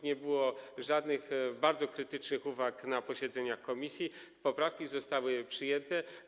Nie było żadnych bardzo krytycznych uwag na posiedzeniach komisji, poprawki zostały przyjęte.